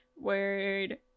word